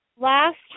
last